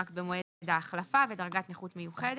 רק במועד ההחלפה בדרגת נכות מיוחדת.